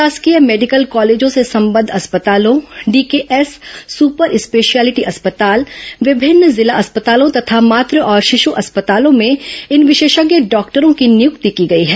शासकीय मेकिडल कॉलेजों से संबद्ध अस्पतालों डीकेएस सुपर स्पेशियालिटी अस्पताल विभिन्न जिला अस्पतालों तथा मात्र और शिश् अस्पतालों में इन विशेषज्ञ डॉक्टरों की नियुक्ति की गई है